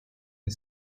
the